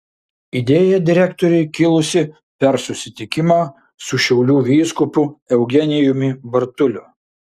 idėja direktorei kilusi per susitikimą su šiaulių vyskupu eugenijumi bartuliu